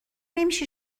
نمیشه